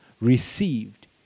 received